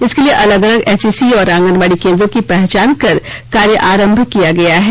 इसके लिए अलग अलग एचएससी और आंगनवाड़ी केंद्रों की पहचान कर कार्य आरंभ किया गया है